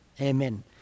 Amen